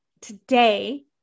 today